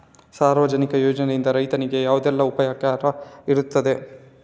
ಸಾರ್ವಜನಿಕ ಯೋಜನೆಯಿಂದ ರೈತನಿಗೆ ಯಾವುದೆಲ್ಲ ಉಪಕಾರ ಇರ್ತದೆ?